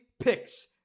Picks